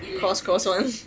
cross cross one